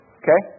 okay